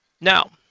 Now